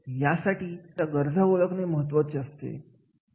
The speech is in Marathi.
अशा पद्धतीने एखाद्या विशिष्ट उद्योगांमध्ये अशा पात्र ठरवून दिल्यात जाऊ शकतात